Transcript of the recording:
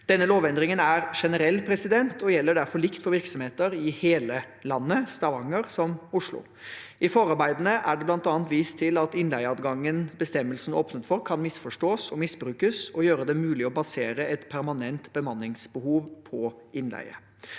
Denne lovendringen er generell og gjelder derfor likt for virksomheter i hele landet – i Stavanger som i Oslo. I forarbeidene er det bl.a. vist til at innleieadgangen bestemmelsen åpnet for, kan misforstås og misbrukes og gjøre det mulig å basere et permanent bemanningsbehov på innleie.